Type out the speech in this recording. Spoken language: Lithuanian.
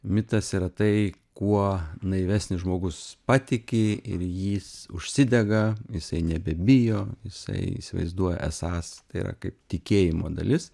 mitas yra tai kuo naivesnis žmogus patiki ir jis užsidega jisai nebebijo jisai įsivaizduoja esąs tai yra kaip tikėjimo dalis